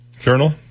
Journal